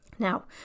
Now